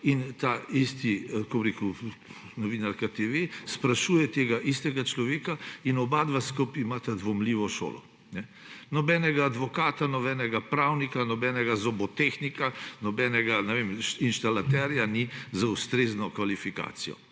ki jo vsi vzdržujemo –, da novinarka TV sprašuje tega istega človeka in oba skupaj imata dvomljivo šolo. Nobenega advokata, nobenega pravnika, nobenega zobotehnika, nobenega inštalaterja ni z ustrezno kvalifikacijo;